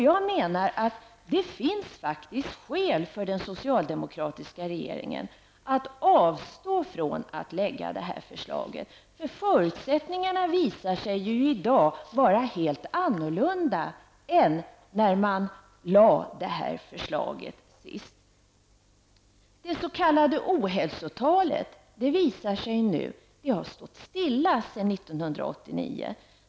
Jag menar att det faktiskt finns skäl för den socialdemokratiska regeringen att avstå från att lägga fram detta förslag. Förutsättningarna visar sig nämligen i dag vara helt annorlunda än när man senast lade fram detta förslag. Det visar sig nu att det s.k. ohälsotalet har stått stilla sedan 1989.